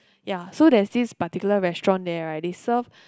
ya so there's this particular restaurant there right they serve